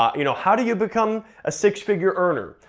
um you know how do you become a six figure earner?